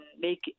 make